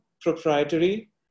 proprietary